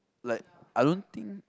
like I don't think